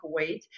Kuwait